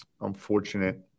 unfortunate